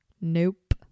Nope